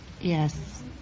Yes